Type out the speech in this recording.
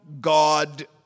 God